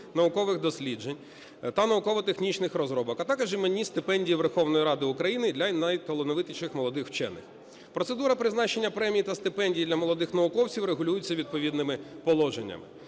наукових досліджень та науково-технічних розробок, а також іменні стипендії Верховної Ради України для найталановитіших молодих учених. Процедура призначення премій та стипендій для молодих науковців регулюється відповідними положеннями.